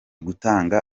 gutanga